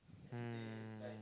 mm